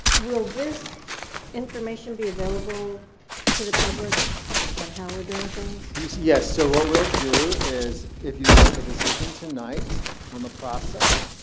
will this information be available to the public on how we're doing things? yes, so what we'll do is if you make a decision tonight on the process,